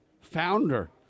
founder